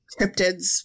cryptids